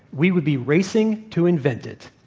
we would be racing to invent it.